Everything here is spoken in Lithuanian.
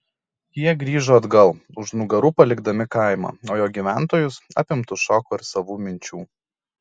jie grįžo atgal už nugarų palikdami kaimą o jo gyventojus apimtus šoko ir savų minčių